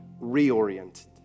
reoriented